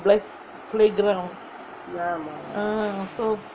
playground so